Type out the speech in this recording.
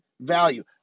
value